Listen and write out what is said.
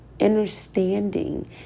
understanding